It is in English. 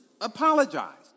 apologized